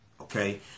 okay